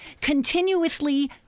continuously